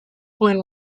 plan